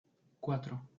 cuatro